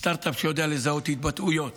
סטרטאפ שיודע לזהות התבטאויות,